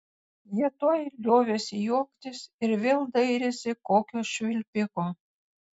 jie tuoj liovėsi juoktis ir vėl dairėsi kokio švilpiko